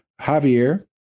Javier